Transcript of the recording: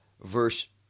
Verse